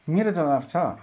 मेरो जवाब छ